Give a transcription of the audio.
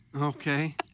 Okay